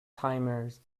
timers